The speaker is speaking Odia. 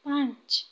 ପାଞ୍ଚ